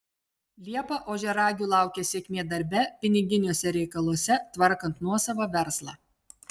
liepą ožiaragių laukia sėkmė darbe piniginiuose reikaluose tvarkant nuosavą verslą